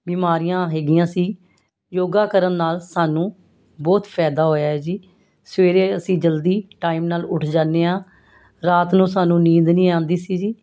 ਬਿਮਾਰੀਆਂ ਹੈਗੀਆਂ ਸੀ ਯੋਗਾ ਕਰਨ ਨਾਲ ਸਾਨੂੰ ਬਹੁਤ ਫਾਇਦਾ ਹੋਇਆ ਜੀ ਸਵੇਰੇ ਅਸੀਂ ਜਲਦੀ ਟਾਈਮ ਨਾਲ ਉੱਠ ਜਾਂਦੇ ਹਾਂ ਰਾਤ ਨੂੰ ਸਾਨੂੰ ਨੀਂਦ ਨਹੀਂ ਆਉਂਦੀ ਸੀ ਜੀ